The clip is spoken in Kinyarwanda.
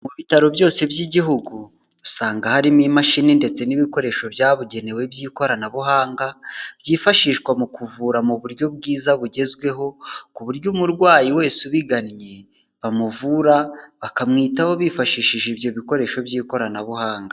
Mu bitaro byose by'igihugu usanga harimo imashini ndetse n'ibikoresho byabugenewe by'ikoranabuhanga, byifashishwa mu kuvura mu buryo bwiza bugezweho ku buryo umurwayi wese ubigannye bamuvura bakamwitaho bifashishije ibyo bikoresho by'ikoranabuhanga.